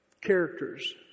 Characters